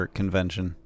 convention